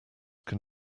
can